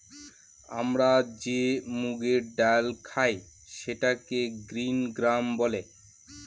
আমরা যে মুগের ডাল খায় সেটাকে গ্রিন গ্রাম বলে